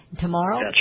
tomorrow